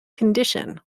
condition